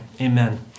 Amen